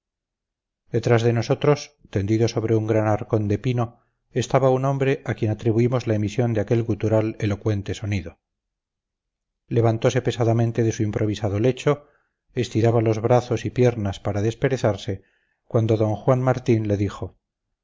detrás de nosotros tendido sobre un gran arcón de pino estaba un hombre a quien atribuimos la emisión de aquel gutural elocuente sonido levantose pesadamente de su improvisado lecho estiraba los brazos y piernas para desperezarse cuando d juan martín le dijo